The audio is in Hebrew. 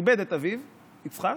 כיבד את אביו יצחק,